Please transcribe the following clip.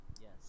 Yes